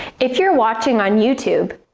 if you're watching on youtube,